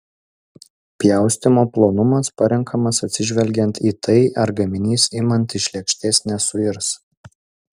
pjaustymo plonumas parenkamas atsižvelgiant į tai ar gaminys imant iš lėkštės nesuirs